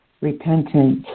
repentance